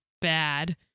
bad